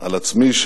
על עצמי,